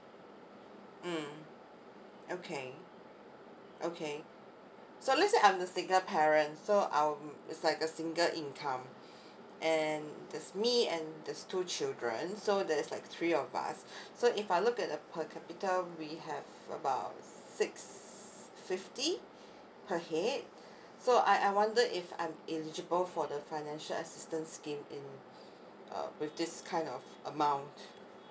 mm okay okay so let's say I'm the single parent so um it's like a single income and that's me and there's two children so there is like three of us so if I look at the per capita we have about six fifty per head so I I wonder if I'm eligible for the financial assistance scheme in uh with this kind of amount